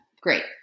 Great